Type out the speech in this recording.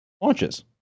launches